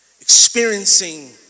experiencing